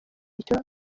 icyo